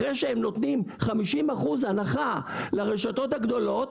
אחרי שהם נותנים חמישים אחוזי הנחה לרשתות הגדולות,